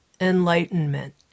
enlightenment